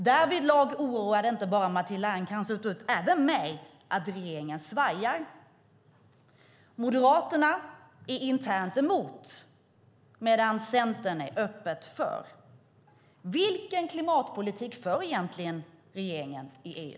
Därvidlag oroar det inte bara Matilda Ernkrans utan även mig att regeringen svajar. Moderaterna är internt emot medan Centern är öppet för. Vilken klimatpolitik för egentligen regeringen i EU?